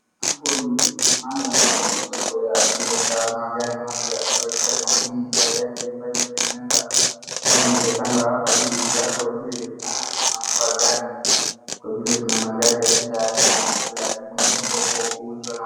Hapo ni mahali ambapo ni soko ya kuleta magari mapya amabayo ni za kampuni ambazo imetengeneza .Huwa wanaletanga hapa ili watu wajue ina manufaa gani kwa vile kuna magari ya kila aina na kila kampuni ambapo huuza.